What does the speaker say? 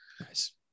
Nice